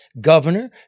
Governor